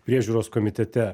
priežiūros komitete